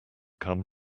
come